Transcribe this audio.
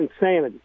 insanity